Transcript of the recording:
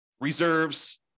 reserves